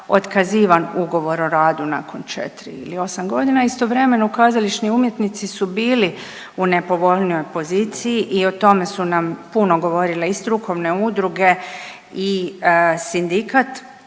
otkazivan ugovor o radu nakon 4. ili 8.g., istovremeno kazališni umjetnici su bili u nepovoljnijoj poziciji i o tome su nam puno govorile i strukovne udruge i sindikat